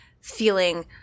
feeling